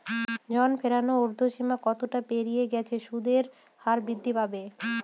ঋণ ফেরানোর উর্ধ্বসীমা কতটা পেরিয়ে গেলে সুদের হার বৃদ্ধি পাবে?